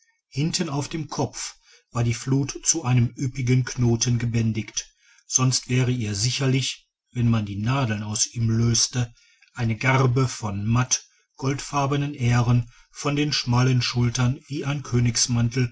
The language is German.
hinten auf dem kopf war die flut zu einem üppigen knoten gebändigt sonst wäre ihr sicherlich wenn man die nadeln aus ihm löste eine garbe von matt goldfarbenen ähren von den schmalen schultern wie ein